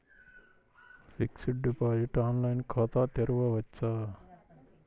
Fixed deposit online ఖాతా తెరువవచ్చా?